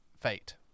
fate